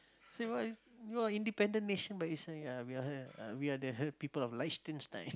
Singapore Singapore independent nation but he say uh we are uh we are the people of Liechtenstein